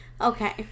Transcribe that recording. Okay